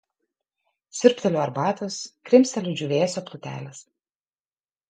siurbteliu arbatos krimsteliu džiūvėsio plutelės